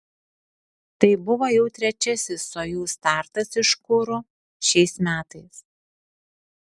tai buvo jau trečiasis sojuz startas iš kuru šiais metais